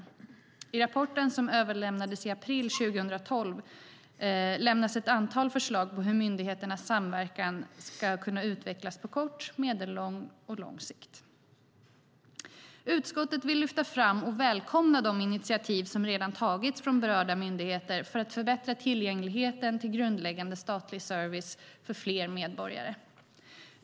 I en rapport som överlämnades i april 2012 lämnas ett antal förslag på hur myndigheternas samverkan skulle kunna utvecklas på kort, medellång och lång sikt. Utskottet vill lyfta fram och välkomnar de initiativ som redan tagits från berörda myndigheter för att förbättra tillgängligheten till grundläggande statlig service för fler medborgare.